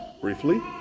briefly